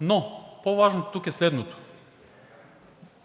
но по-важното тук е следното.